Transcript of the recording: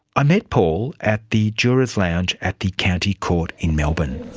i met paul at the juror's lounge at the county court in melbourne.